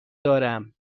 دارم